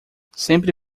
sempre